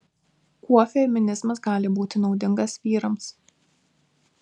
kuo feminizmas gali būti naudingas vyrams